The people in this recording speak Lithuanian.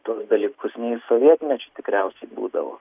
tuos dalykus nei sovietmečiu tikriausiai būdavo